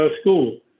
school